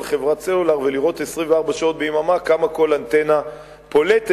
חברת סלולר ולראות 24 שעות ביממה כמה כל אנטנה פולטת,